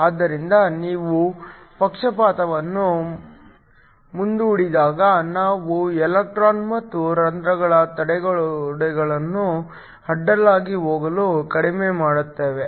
ಆದ್ದರಿಂದ ನೀವು ಪಕ್ಷಪಾತವನ್ನು ಮುಂದೂಡಿದಾಗ ನಾವು ಎಲೆಕ್ಟ್ರಾನ್ ಮತ್ತು ಹೋಲ್ ಗಳ ತಡೆಗೋಡೆಗಳನ್ನು ಅಡ್ಡಲಾಗಿ ಹೋಗಲು ಕಡಿಮೆ ಮಾಡುತ್ತೇವೆ